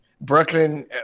Brooklyn